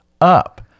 up